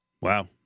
Wow